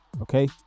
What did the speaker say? okay